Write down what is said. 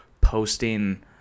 posting